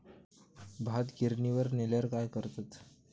भात गिर्निवर नेल्यार काय करतत?